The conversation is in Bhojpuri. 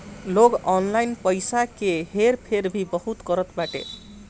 लोग ऑनलाइन पईसा के हेर फेर भी बहुत करत बाटे